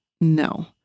No